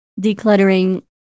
decluttering